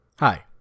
Hi